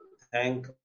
thank